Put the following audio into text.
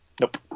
Nope